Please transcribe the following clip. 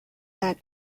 that